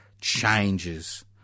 changes